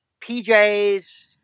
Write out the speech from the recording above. PJs